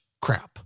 crap